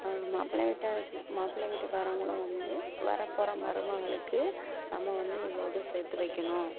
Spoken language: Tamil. மாப்பிள்ளை வீட்டார் மாப்பிள்ளை வீட்டுக்காரவங்களும் வந்து வரப்போகிற மருமகளுக்கு நம்ம வந்து இவ்வளோது சேர்த்து வைக்கணும்